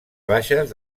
baixes